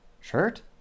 shirt